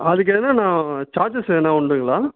அதுக்கு எதனால் நான் சார்ஜஸ் எதனால் உண்டுங்களா